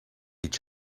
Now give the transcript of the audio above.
each